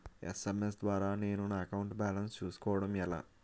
SMS ద్వారా నేను నా అకౌంట్ బాలన్స్ చూసుకోవడం ఎలా?